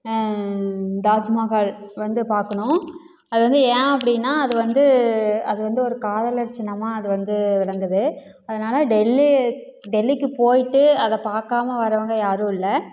தாஜ்மஹால் வந்து பார்க்கணும் அது வந்து ஏன் அப்படின்னா அது வந்து அது வந்து ஒரு காதலர் சின்னமாக அது வந்து விளங்குது அதனால் டெல்லி டெல்லிக்கு போயிட்டு அதை பார்க்காம வரவங்க யாரும் இல்லை